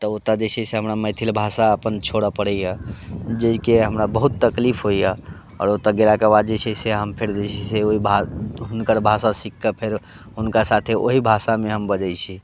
तऽ ओतय जे छै से हमरा मैथिल भाषा अपन छोड़य पड़ैए जाहिके हमरा बहुत तकलीफ होइए आओर ओतय गेलाके बाद जे छै से हम फेर जे छै से ओहि हुनकर भाषा सीख कऽ फेर हुनका साथे ओहि भाषामे हम बजैत छी